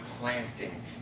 planting